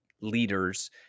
leaders